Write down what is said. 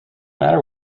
matter